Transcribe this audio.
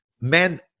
man